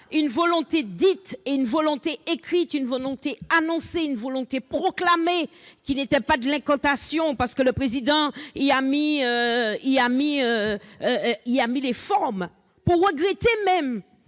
une volonté écrite, une volonté dite, une volonté annoncée, une volonté proclamée, qui n'était pas de l'incantation, parce que le Président y a mis les formes, regrettant même